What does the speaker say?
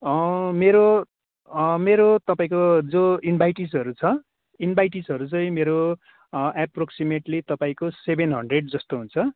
मेरो मेरो तपाईँको जो इन्भाइटिजहरू छ इन्भाइटिजहरू चाहिँ मेरो एप्रोक्सिमेट्ली तपाईँको सेभेन हन्ड्रेडजस्तो हुन्छ